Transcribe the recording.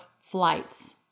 flights